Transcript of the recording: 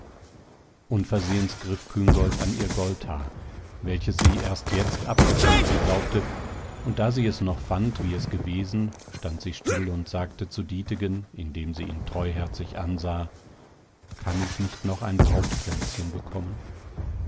unversehens griff küngolt an ihr goldhaar welches sie erst jetzt abgeschnitten glaubte und da sie es noch fand wie es gewesen stand sie still und sagte zu dietegen indem sie ihn treuherzig ansah kann ich nicht noch ein brautkränzchen bekommen